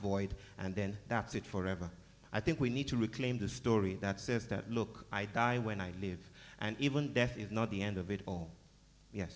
void and then that's it for ever i think we need to reclaim the story that says that look i die when i live and even death is not the end of it